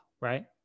right